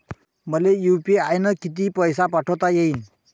मले यू.पी.आय न किती पैसा पाठवता येईन?